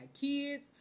kids